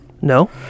No